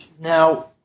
Now